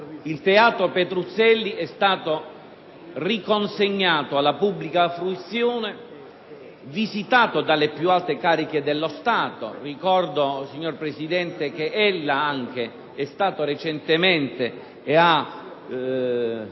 il Teatro Petruzzelli è stato riconsegnato alla pubblica fruizione, visitato dalle più alte cariche dello Stato e ricordo, signor Presidente, che recentemente anche